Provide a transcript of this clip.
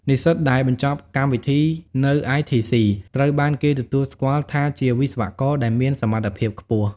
និស្សិតដែលបញ្ចប់កម្មវិធីនៅITC ត្រូវបានគេទទួលស្គាល់ថាជាវិស្វករដែលមានសមត្ថភាពខ្ពស់។